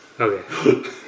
Okay